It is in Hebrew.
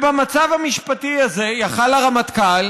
במצב המשפטי הזה יכול היה הרמטכ"ל,